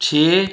ਛੇ